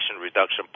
Reduction